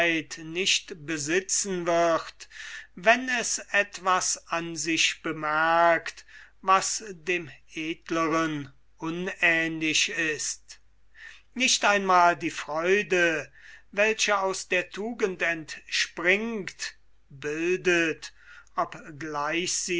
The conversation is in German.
nicht besitzen wird wenn es etwas an sich bemerkt was dem edleren unähnlich ist nicht einmal die freude welche aus der tugend entspringt bildet